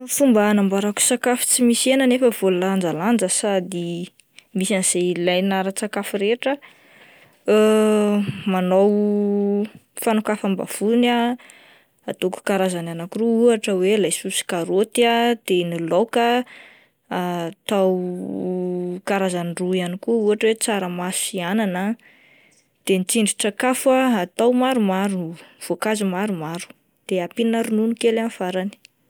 Fomba anamboarako sakafo tsy misy hena nefa voalanjalanja sady misy izay ilaina ara-tsakafo rehetra, manao fanokafam-bavony ah, ataoko karazany anakiroa ohatra hoe laiso sy karoty, de ny laoka atao karazany roa ihany koa ohatra hoe tsaramaso sy anana, de ny tsindrin-tsakafo ah atao maromaro voankazo maromaro dia ampiana ronono kely amin'ny farany.